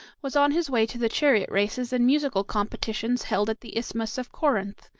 was on his way to the chariot races and musical competitions held at the isthmus of corinth,